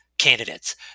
candidates